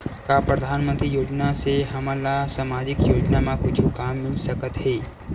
का परधानमंतरी योजना से हमन ला सामजिक योजना मा कुछु काम मिल सकत हे?